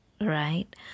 right